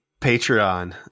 Patreon